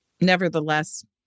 nevertheless